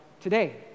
today